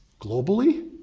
globally